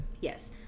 yes